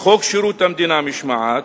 וחוק שירות המדינה (משמעת),